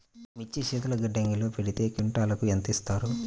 మిర్చి శీతల గిడ్డంగిలో పెడితే క్వింటాలుకు ఎంత ఇస్తారు?